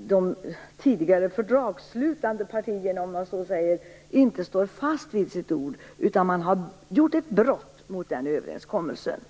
de tidigare fördragsslutande partierna - om man så säger - inte står fast vid sitt ord. Man har gjort ett brott mot den överenskommelsen.